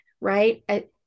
right